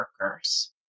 workers